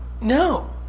No